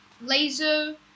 Laser